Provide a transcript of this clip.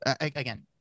Again